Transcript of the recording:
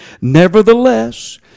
Nevertheless